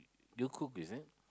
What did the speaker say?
you cook is it